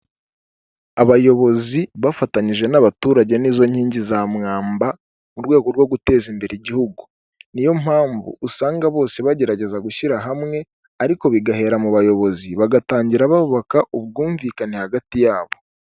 Abayobozi bafatanyije n'abaturage nizo nkingi za mwamba mu rwego rwo guteza imbere igihugu, niyo mpamvu usanga bose bagerageza gushyira hamwe ariko bigahera mu bayobozi, bagatangira bubaka ubwumvikane hagati yabo.